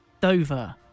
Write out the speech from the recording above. Dover